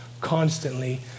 constantly